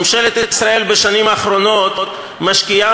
ממשלת ישראל בשנים האחרונות משקיעה